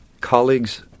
colleagues